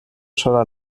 sola